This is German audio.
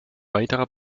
weiterer